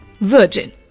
virgin